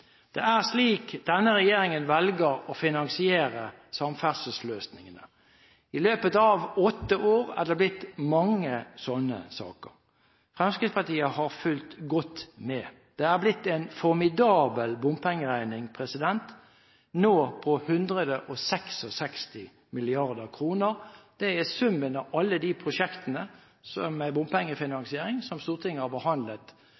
Det er slik denne regjeringen velger å finansiere samferdselsløsningene. I løpet av åtte år er det blitt mange slike saker. Fremskrittspartiet har fulgt godt med. Det er blitt en formidabel bompengeregning, nå på 166 mrd. kr. Det er summen av alle de prosjektene med bompengefinansiering som Stortinget har behandlet de siste åtte år med en flertallsregjering. Bompengebidraget er